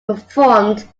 performed